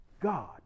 god